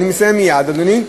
אני מסיים מייד, אדוני.